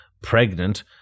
pregnant